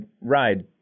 ride